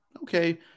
okay